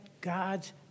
God's